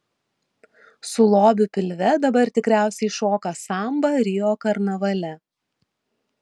su lobiu pilve dabar tikriausiai šoka sambą rio karnavale